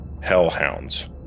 hellhounds